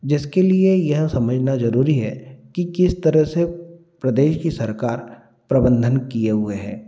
जिसके लिए यह समझना जरूरी है कि किस तरह से प्रदेश की सरकार प्रबंधन किए हुए है